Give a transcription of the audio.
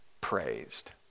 praised